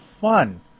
fun